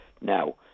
now